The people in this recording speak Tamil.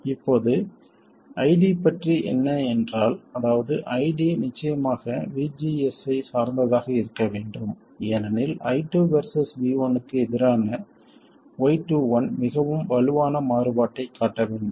இப்போது ID பற்றி என்ன என்றால் அதாவது ID நிச்சயமாக VGS யைச் சார்ந்ததாக இருக்க வேண்டும் ஏனெனில் I2 வெர்சஸ் V1 க்கு எதிரான y21 மிகவும் வலுவான மாறுபாட்டைக் காட்ட வேண்டும்